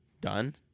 done